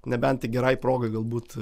nebent tik gerai progai galbūt